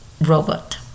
robot